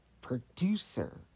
producer